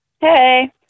Hey